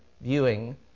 viewing